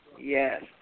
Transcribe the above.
yes